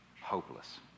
hopeless